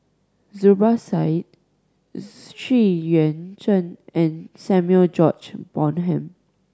Zubir Said Xu Yuan Zhen and Samuel George Bonham